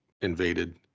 invaded